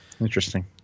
Interesting